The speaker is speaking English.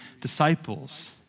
disciples